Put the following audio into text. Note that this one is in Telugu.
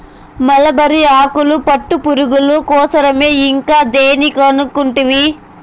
మల్బరీ ఆకులు పట్టుపురుగుల కోసరమే ఇంకా దేని కనుకుంటివి